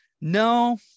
no